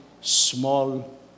small